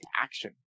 action